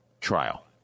trial